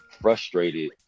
frustrated